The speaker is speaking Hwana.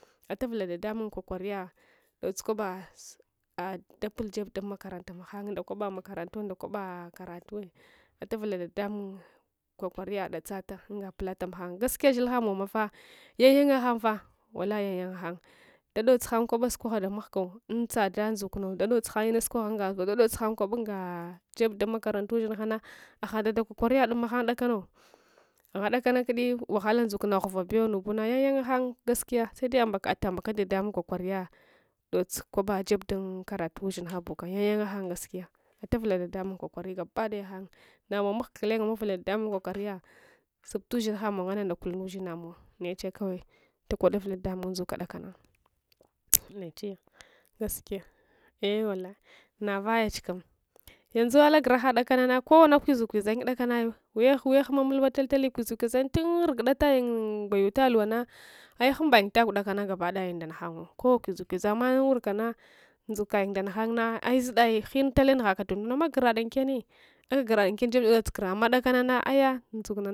Aturvula dadamung kokariya dots kwaba ad- adabul jeb dun makaranta magha nda kwabe makarantanda kwaba karatu atavula ɗaɗdunga kwakwariya datsata unga pulata maghang gaskiya shilhamow mafah yangyanga ghanfa wallahi yangyang hang dadotsu ghang kwaba unga jeb dun makaranta ushinghana aghadada kokariyad maghang kudakano agha dakana kuddi wahala ndzkna ghvabew nubuna yangyanda hang gaskiya sede atabak ɗaɗdung kokwariya dots kwaba jeb dun karatu ushingha bukam yang yang hang gaskiya atuvula ɗaɗadung kokari gabadaya hang naming mahga guleng amuvula ɗaɗmung kokwariya sup tushingha mow nganne ndakul ndushina now nechiya kawai takodul uvul ɗaɗdung ndzuka dakana nechiya gaskiya eh’ wallah navayach kam yanzu ala guraghad dkanana kowang kwizu kwiza yung dakana weghuma mulwa tal tale kwizulawiza yung tun rugu ɗaɗayung gwayuta luwna ai’ gwhumbayung tagw dakanga nang nah ai zuda ghumlale nugnaka tunduna mag gurad inkenni aga gurad ikenniaga jeb da dots gura amma deakanana ayya nduzukanana